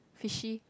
fishy